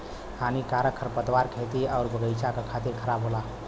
हानिकारक खरपतवार खेती आउर बगईचा क खातिर खराब होला